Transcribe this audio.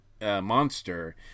monster